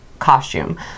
costume